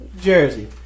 jersey